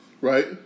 Right